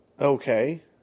Okay